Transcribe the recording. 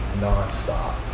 nonstop